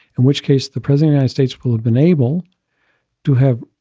in which case the president and states will have been able to have